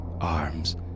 arms